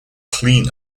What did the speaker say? clean